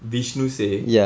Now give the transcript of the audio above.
vishnu say